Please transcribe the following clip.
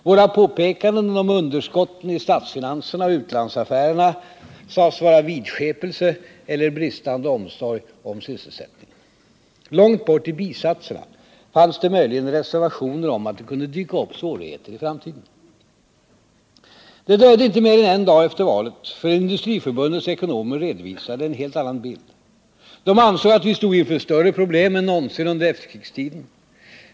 Våra påpekanden om underskotten i statsfinanserna och utlandsaffärerna sades vara vidskepelse eller bristande omsorg om sysselsättningen. Långt bort i bisatserna fanns det möjligen reservationer om att det kunde dyka upp svårigheter i framtiden. Det dröjde inte mer än en dag efter valet förrän Industriförbundets ekonomer redovisade en helt annan bild. De ansåg att vi stod inför större problem än någonsin under efterkrigstiden.